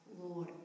Lord